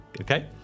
Okay